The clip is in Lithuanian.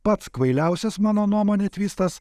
pats kvailiausias mano nuomone tvistas